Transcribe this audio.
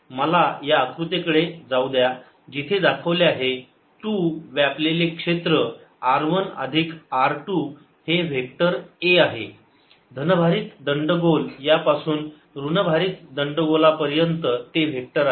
मला या आकृतीकडे जाऊद्या जिथे दाखवले आहे 2 व्यापलेले क्षेत्र r 1 अधिक r 2 हे व्हेक्टर a आहे धनभारित दंडगोल यापासून ऋण भारित दंडगोला पर्यंत ते व्हेक्टर आहे